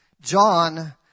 John